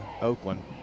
Oakland